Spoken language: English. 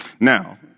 Now